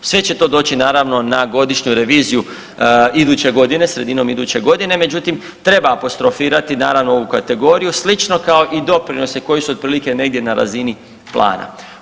Sve će to doći naravno na godišnju reviziju iduće godine, sredinom iduće godine, međutim treba apostrofirati naravno ovu kategoriju slično kao i doprinose koji su otprilike negdje na razini plana.